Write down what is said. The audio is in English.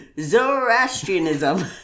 Zoroastrianism